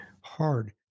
hard